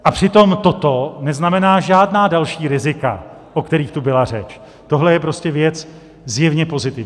A přitom toto neznamená žádná další rizika, o kterých tu byla řeč, tohle je prostě věc zjevně pozitivní.